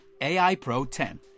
AIPRO10